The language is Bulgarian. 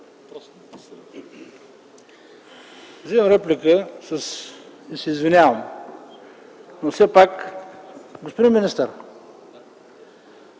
Вземам реплика и се извинявам! Но все пак, господин министър,